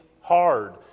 hard